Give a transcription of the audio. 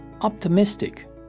optimistic